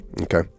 okay